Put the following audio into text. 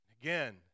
Again